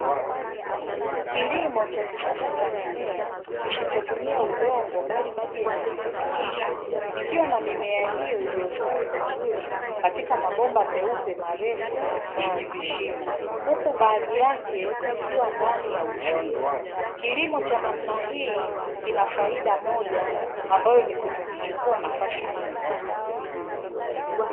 Kilimo cha kisasa cha mimea kisichotumia udongo bali maji yenye virutubisho kikiwa na mimea hiyo iliyostawi vizuri katika mabomba meupe marefu yenye vishimo huku baadhi yake ikiwa ndani ya uzio, kilimo cha namna hii kina faida moja ambayo ni kutokuchukua nafasi kubwa .